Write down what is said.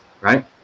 right